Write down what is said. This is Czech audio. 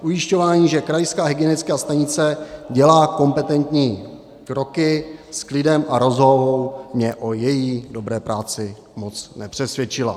Ujišťování, že krajská hygienická stanice dělá kompetentní kroky s klidem a rozvahou, mě o její dobré práci moc nepřesvědčilo.